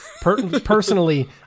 Personally